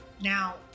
Now